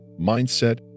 mindset